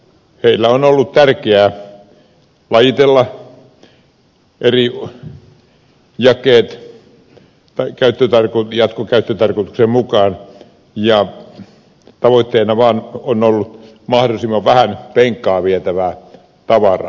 heille on ollut tärkeää lajitella eri jakeet jatkokäyttötarkoituksen mukaan ja tavoitteena on ollut mahdollisimman vähän penkkaan vietävää tavaraa